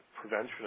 prevention